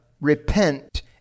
Repent